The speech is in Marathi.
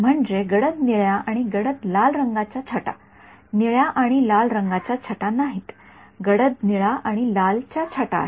म्हणजे गडद निळ्या आणि गडद लाल रंगाच्या छटा निळ्या आणि लाल रंगाच्या छटा नाहीत गडद निळा आणि लाल च्या छटा आहेत